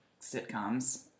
sitcoms